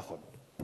נכון.